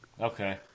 Okay